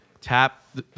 tap